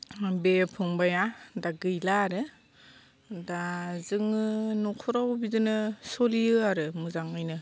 बे फंबाइआ दा गैला आरो दा जोङो न'खराव बिदिनो सोलियो आरो मोजाङैनो